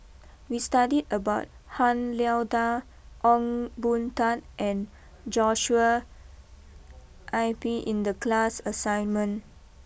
we studied about Han Lao Da Ong Boon Tat and Joshua I P in the class assignment